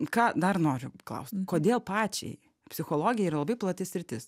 ką dar noriu klaust kodėl pačiai psichologija yra labai plati sritis